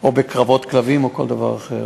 או בקרבות כלבים או כל דבר אחר.